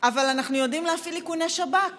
אבל אנחנו יודעים להפעיל איכוני שב"כ